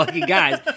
guys